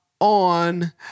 on